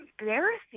embarrassing